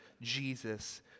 Jesus